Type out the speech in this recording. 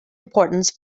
importance